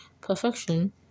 perfection